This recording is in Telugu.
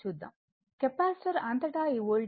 కెపాసిటర్ అంతటా ఈ వోల్టేజ్ 45 వోల్ట్